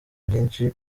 byinshi